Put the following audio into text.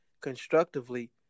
constructively